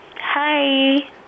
Hi